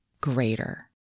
greater